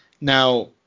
Now